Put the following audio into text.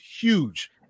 huge